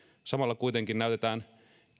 samalla kuitenkin näytetään